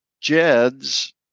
Jed's